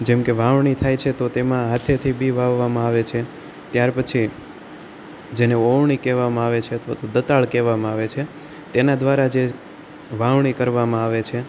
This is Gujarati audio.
જેમ કે વાવણી થાય છે તો તેમાં હાથે થી બી વાવવામાં આવે છે ત્યાર પછી જેને ઓવણી કહેવામાં આવે છે અથવા તો દતાળ કહેવામાં આવે છે તેના દ્વારા જે વાવણી કરવામાં આવે છે